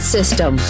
System